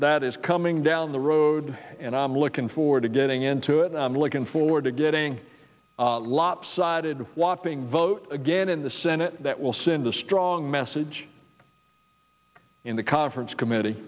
that is coming down the road and i'm looking forward to getting into it and i'm looking forward to getting a lot sided wapping vote again in the senate that will send a strong message in the conference committee